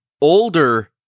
older